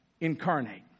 incarnate